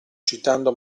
citando